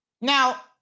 Now